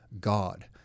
god